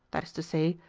that is to say,